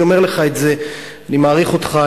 אני אומר לך את זה, אני מעריך אותך.